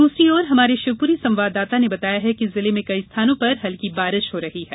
दूसरी ओर हमारे शिवपूरी संवाददाता ने बताया है कि जिले में कई स्थानों पर हल्की बारिश हो रही है